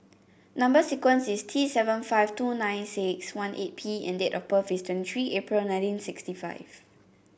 number sequence is T seven five two nine six one eight P and date of birth is twenty three April nineteen sixty five